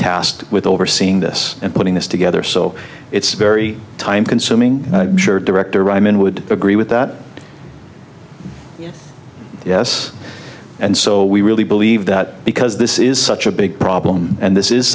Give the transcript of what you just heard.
tasked with overseeing this and putting this together so it's very time consuming sure director rhymin would agree with that yes and so we really believe that because this is such a big problem and this is